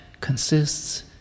consists